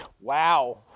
Wow